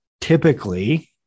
Typically